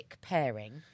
pairing